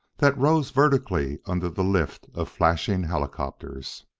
that rose vertically under the lift of flashing helicopters.